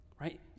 Right